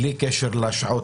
בלי קשר לשעות.